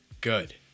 good